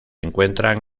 encuentran